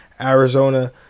Arizona